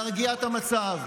להרגיע את המצב.